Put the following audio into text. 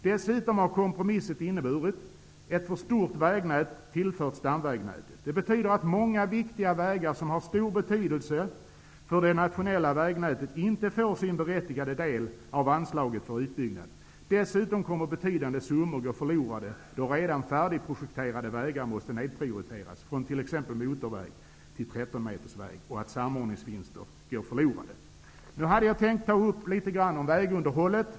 Dessutom har kompromissen inneburit att ett för stort vägnät tillförts stamvägnätet. Detta betyder att många viktiga vägar som har stor betydelse för det nationella vägnätet inte får sin berättigade del av anslaget för utbyggnad. Dessutom kommer betydande summor gå förlorade då redan färdigprojekterade vägar måste nedprioriteras från t.ex. motorväg till 13 metersväg och att samordningsvinster går förlorade. Nu hade jag tänkt att ta upp frågan om vägunderhållet.